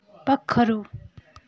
पक्खरू